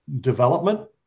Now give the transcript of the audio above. development